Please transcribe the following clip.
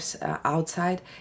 outside